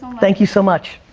thank you so much.